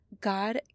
God